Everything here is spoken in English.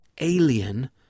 alien